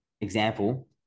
example